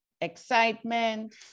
excitement